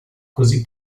così